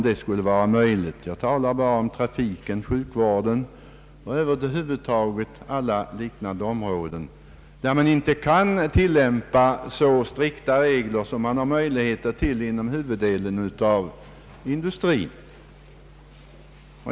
Jag vill bara nämna trafiken, sjukvården och andra liknande områden, där man inte kan tillämpa så strikta regler som man har möjlighet till inom huvuddelen av industrin.